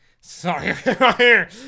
sorry